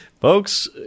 Folks